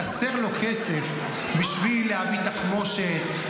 חסר לו כסף בשביל להביא תחמושת,